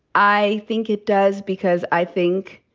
i think it does because i think